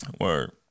Word